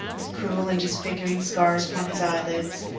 with cruel and disfiguring scars upon his eyelids,